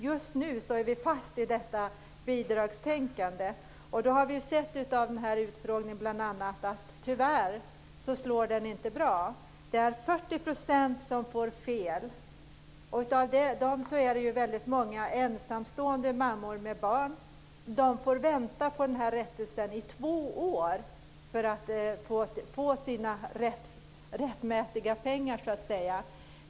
Just nu är vi fast i ett bidragstänkande, och vi har i utfrågningen bl.a. sett att det tyvärr inte slår väl ut. 40 % får felaktigt bidrag, och många ensamstående mammor med barn får vänta på rättelse i två år, så att de får de pengar som de ska ha.